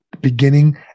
beginning